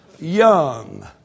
young